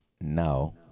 Now